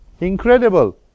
Incredible